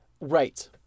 Right